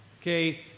okay